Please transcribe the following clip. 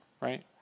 right